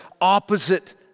opposite